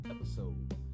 episode